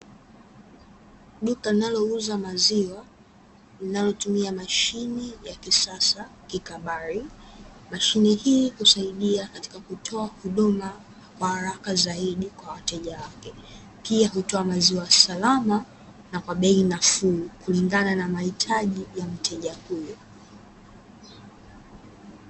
Duka linalouza maziwa linalotumia mashine ya kisasa ya kifahari, mashine hii husaidia katika kutoa huduma ya kwa haraka zaidi kwa wateja wake, pia hutoa maziwa salama na kwa bei nafuu kulingana na mahitaji ya mteja huyo.